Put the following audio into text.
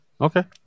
Okay